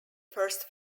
first